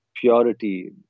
purity